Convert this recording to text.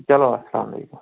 چلو السلامُ